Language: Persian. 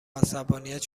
عصبانیت